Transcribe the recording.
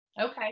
Okay